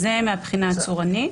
זה מהבחינה הצורנית.